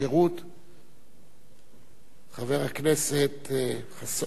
חבר הכנסת ישראל חסון.